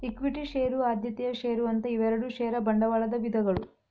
equity share ಆದ್ಯತೆಯ share ಅಂತ ಇವೆರಡು ಷೇರ ಬಂಡವಾಳದ ವಿಧಗಳು